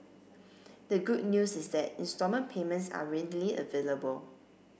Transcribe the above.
the good news is that instalment payments are readily available